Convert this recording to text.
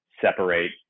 separate